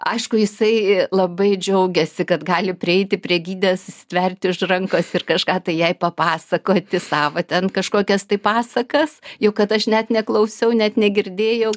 aišku jisai labai džiaugėsi kad gali prieiti prie gidės stverti už rankos ir kažką tai jai papasakoti savo ten kažkokias tai pasakas jau kad aš net neklausiau net negirdėjau